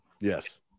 Yes